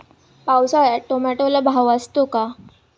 पावसाळ्यात टोमॅटोला भाव असतो का?